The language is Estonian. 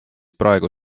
praegu